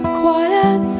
quiet